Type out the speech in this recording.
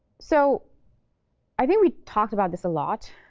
so i think we talked about this a lot.